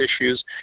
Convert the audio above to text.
issues